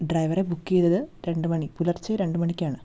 ഡ്രൈവറെ ബുക്ക് ചെയ്തത് രണ്ടുമണി പുലർച്ച രണ്ടുമണിക്കാണ്